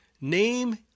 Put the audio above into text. Name